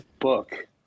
book